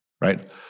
right